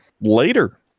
later